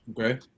Okay